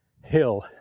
hill